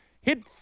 hit